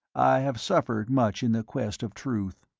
i have suffered much in the quest of truth.